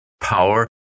power